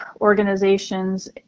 organizations